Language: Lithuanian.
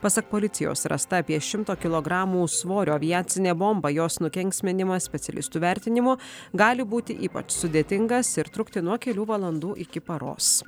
pasak policijos rasta apie šimto kilogramų svorio aviacinė bomba jos nukenksminimas specialistų vertinimu gali būti ypač sudėtingas ir trukti nuo kelių valandų iki paros